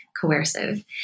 coercive